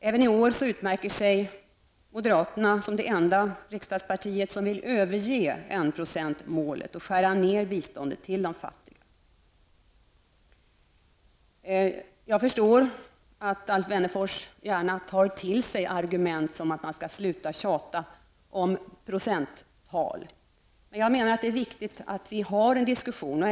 Även i år utmärker sig moderaterna som det enda riksdagsparti som vill överge enprocentsmålet och skära ner biståndet till de fattiga. Jag förstår att Alf Wennerfors gärna tar till argument som att man skall sluta att tjata om procenttal. Jag menar att det är viktigt att vi har en diskussion.